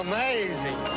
Amazing